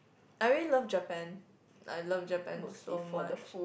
I really love Japan I love Japan so much